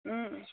ও